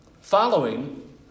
Following